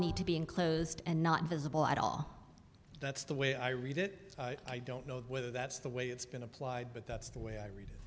need to be enclosed and not visible at all that's the way i read it i don't know whether that's the way it's been applied but that's the way i read it